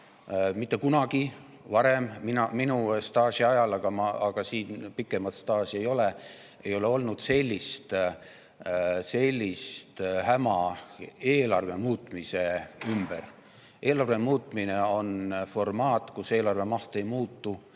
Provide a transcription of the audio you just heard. kunagi varem minu staaži ajal, ja ega siin pikemat staaži [kellelgi] ei ole, ei ole olnud sellist häma eelarve muutmise ümber. Eelarve muutmine on formaat, kus eelarve maht ei muutu.